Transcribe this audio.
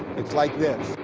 it's like this,